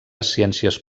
ciències